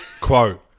quote